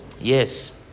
Yes